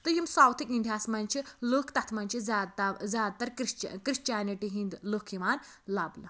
تہٕ یِم ساوُتھٕکۍ اِنڈیاہَس مَنٛز چھِ لُکھ تَتھ مَنٛز چھِ زیاد تَو زیاد تَر کرٛسچَن کرٛسچینِٛٹی ہٕنٛدۍ لُکھ یِوان لَبنہٕ